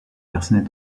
personnes